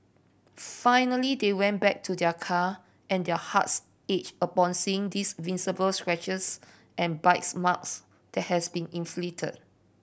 finally they went back to their car and their hearts ached upon seeing this visible scratches and bite marks that had been inflict